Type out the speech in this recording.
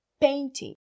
painting